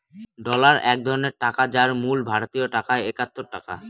dollar এক ধরনের টাকা যার মূল্য ভারতীয় টাকায় একাত্তর টাকা